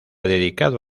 dedicado